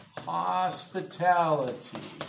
Hospitality